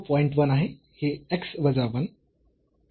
1 आहे हे x वजा 1